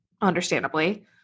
understandably